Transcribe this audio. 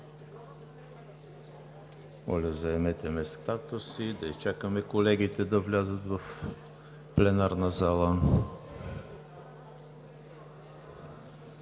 Моля, заемете местата си. Да изчакаме колегите да влязат в пленарната зала.